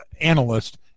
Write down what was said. analyst